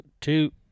two